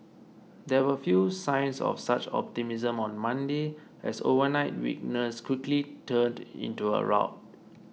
there were few signs of such optimism on Monday as overnight weakness quickly turned into a rout